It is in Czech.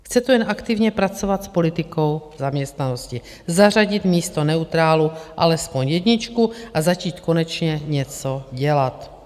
Chce to jen aktivně pracovat s politikou zaměstnanosti, zařadit místo neutrálu alespoň jedničku a začít konečně něco dělat.